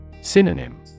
Synonym